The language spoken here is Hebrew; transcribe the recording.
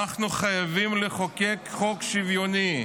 אנחנו חייבים לחוקק חוק שוויוני.